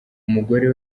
umugore